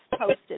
posted